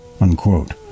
unquote